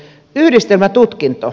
yhdistelmätutkinto